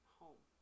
home